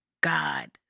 God